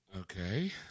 Okay